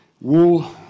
Wool